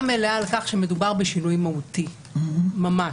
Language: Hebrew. המלאה על כך שמדובר בשינוי מהותי ממש,